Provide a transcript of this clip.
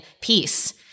peace